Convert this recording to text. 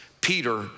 Peter